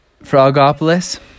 Frogopolis